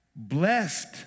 Blessed